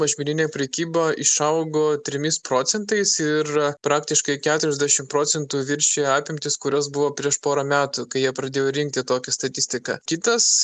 mažmeninė prekyba išaugo trimis procentais ir praktiškai keturiasdešimt procentų viršija apimtis kurios buvo prieš porą metų kai jie pradėjo rinkti tokią statistiką kitas